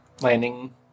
Landing